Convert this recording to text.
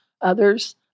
others